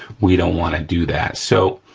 we don't wanna do that. so,